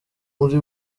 muri